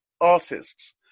artists